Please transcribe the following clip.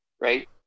right